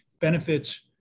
benefits